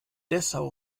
dessau